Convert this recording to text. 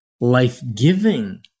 life-giving